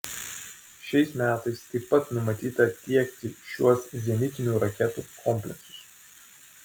šiais metais taip pat numatyta tiekti šiuos zenitinių raketų kompleksus